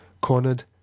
cornered